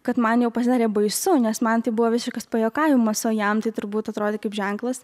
kad man jau pasidarė baisu nes man tai buvo visiškas pajuokavimas o jam tai turbūt atrodė kaip ženklas